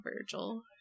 Virgil